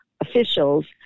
officials